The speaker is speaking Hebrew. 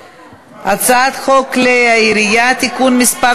הצעת חוק כלי הירייה (תיקון מס'